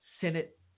Senate